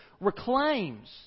reclaims